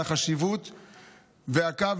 על החשיבות והקו,